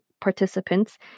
participants